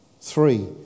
Three